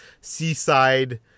seaside